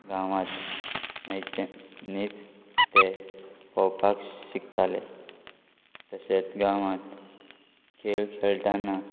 गांवात न्हंयचे न्हंयच ते पोंवपाक शिकताले तशेंत गांवात खेळ खेळटाना